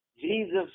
Jesus